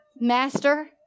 master